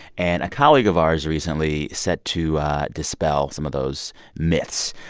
and a colleague of ours recently set to dispel some of those myths.